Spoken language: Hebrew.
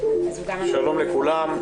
שלום לכולם,